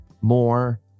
more